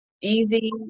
easy